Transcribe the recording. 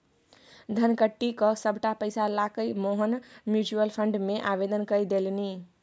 धनकट्टी क सभटा पैसा लकए मोहन म्यूचुअल फंड मे आवेदन कए देलनि